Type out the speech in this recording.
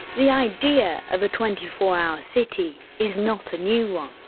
the idea of a twenty four hour city is not a new one.